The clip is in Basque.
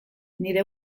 nire